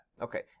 Okay